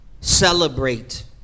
celebrate